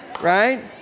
right